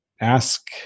ask